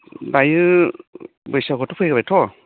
दायो बैसागुआ फैबायथ'